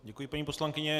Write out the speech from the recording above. Děkuji, paní poslankyně.